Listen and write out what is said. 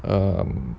um